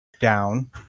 down